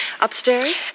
Upstairs